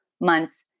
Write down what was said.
months